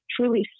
truly